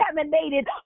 contaminated